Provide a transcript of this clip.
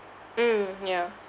mm yeah